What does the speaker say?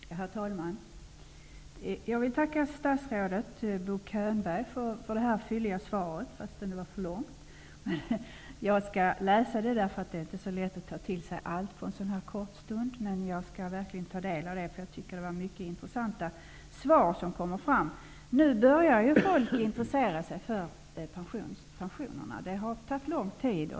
Herr talman! Jag vill tacka statsrådet Bo Könberg för det fylliga svaret, även om det var för långt. Jag skall läsa det efteråt, eftersom det inte är så lätt att ta till sig allt så här på en gång. Jag skall verkligen ta del av svaret. Jag tycker att svaret innehöll mycket som var intressant. Nu börjar folk intressera sig för pensionerna. Det har tagit lång tid.